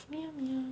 miao miao